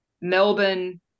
Melbourne